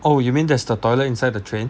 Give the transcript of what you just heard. oh you mean there's the toilet inside the train